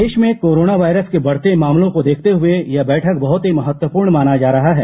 देश में coronavirus के बढते मामलों को देखते हए यह बैठक बहत ही महत्वपूर्ण माना जा रहा है